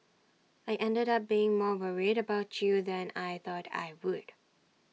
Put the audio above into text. I ended up being more worried about you than I thought I would